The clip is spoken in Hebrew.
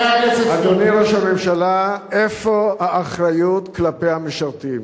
אדוני ראש הממשלה, איפה האחריות כלפי המשרתים?